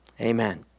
Amen